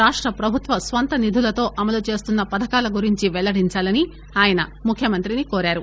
రాష్ట ప్రభుత్వ స్వంత నిధులతో అమలు చేస్తున్ప పథకాల గురించి వెల్లడించాలని ఆయన ముఖ్యమంత్రిని కోరారు